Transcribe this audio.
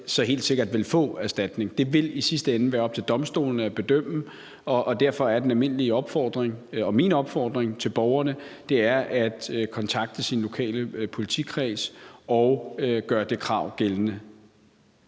så helt sikkert vil få erstatning. Det vil i sidste ende være op til domstolene at bedømme, og derfor er den almindelige opfordring og min opfordring til borgerne at kontakte sin lokale politikreds og gøre det krav gældende.